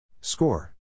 Score